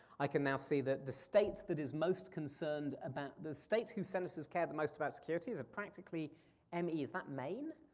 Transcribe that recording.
i can now see the states that is most concerned about, the state whose senators care the most about security is practically and me, is that maine?